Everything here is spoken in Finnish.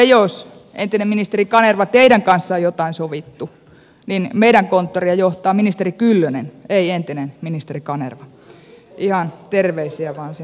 jos entinen ministeri kanerva teidän kanssanne on jotain sovittu niin meidän konttoria johtaa ministeri kyllönen ei entinen ministeri kanerva ihan terveisiä vaan sinne suuntaan